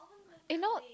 eh no